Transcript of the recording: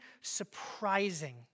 surprising